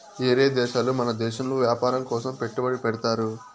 ఏరే దేశాలు మన దేశంలో వ్యాపారం కోసం పెట్టుబడి పెడ్తారు